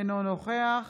אינו נוכח